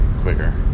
quicker